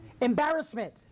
Embarrassment